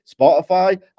Spotify